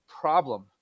problem